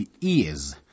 ears